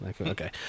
okay